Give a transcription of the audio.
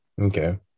okay